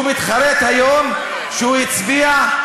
הוא מתחרט היום שהוא הצביע,